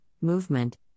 movement